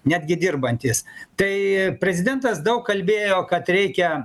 netgi dirbantys tai prezidentas daug kalbėjo kad reikia